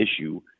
issue